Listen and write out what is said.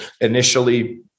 initially